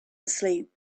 asleep